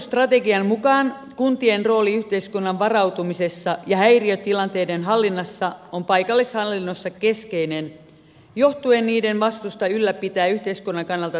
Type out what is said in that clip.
turvallisuusstrategian mukaan kuntien rooli yhteiskunnan varautumisessa ja häiriötilanteiden hallinnassa on paikallishallinnossa keskeinen johtuen niiden vastuusta ylläpitää yhteiskunnan kannalta tärkeitä toimintoja